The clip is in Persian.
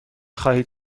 خواهید